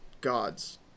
gods